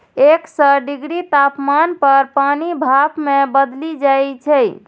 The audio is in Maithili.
एक सय डिग्री तापमान पर पानि भाप मे बदलि जाइ छै